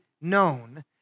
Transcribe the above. known